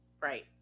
right